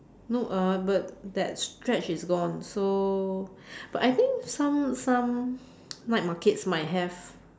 no uh but that stretch is gone so but I think some some night markets might have